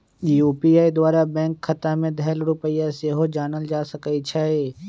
UPI द्वारा bank खता में धएल रुपइया सेहो जानल जा सकइ छै